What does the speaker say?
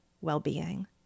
well-being